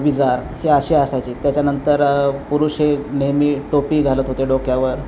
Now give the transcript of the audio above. विजार हे असे असायचे त्याच्यानंतर पुरुष हे नेहमी टोपी घालत होते डोक्यावर